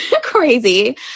crazy